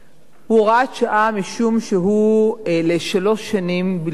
הוא הוראת שעה, משום שהוא לשלוש שנים בלבד.